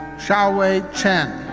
shao li chen.